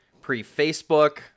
Pre-Facebook